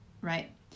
right